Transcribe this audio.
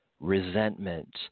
resentment